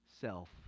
self